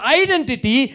identity